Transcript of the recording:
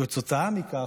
כתוצאה מכך,